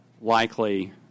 likely